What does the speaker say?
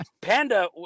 Panda